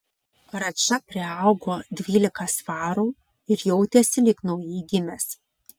radža priaugo dvylika svarų ir jautėsi lyg naujai gimęs